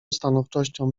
stanowczością